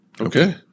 Okay